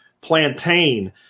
Plantain